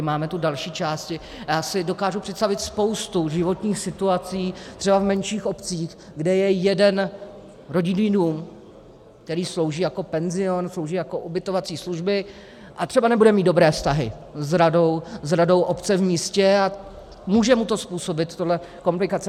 Máme tu další části a já si dokážu představit spoustu životních situací třeba v menších obcích, kde je jeden rodinný dům, který slouží jako penzion, slouží jako ubytovací služby a třeba nebude mít dobré vztahy s radou obce v místě, a může mu tohle způsobit komplikace.